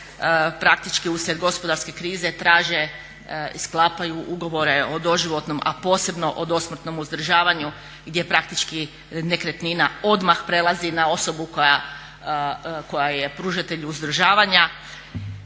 praktički uslijed gospodarske krize, traže i sklapaju ugovore o doživotnom, a posebno o dosmrtnom uzdržavanju gdje praktički nekretnina odmah prelazi na osobu koja je pružatelj uzdržavanja